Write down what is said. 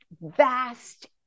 vast